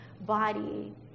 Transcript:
body